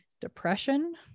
depression